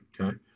okay